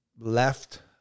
left